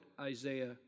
Isaiah